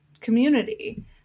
community